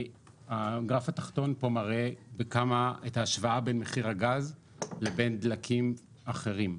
הגרף התחתון פה מראה את ההשוואה בין מחיר הגז לבין דלקים אחרים.